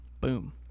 boom